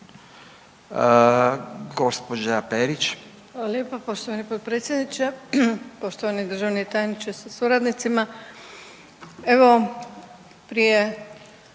Grozdana (HDZ)** Hvala lijepa, poštovani potpredsjedniče. Poštovani državni tajniče sa suradnicima. Evo, prije